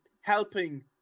helping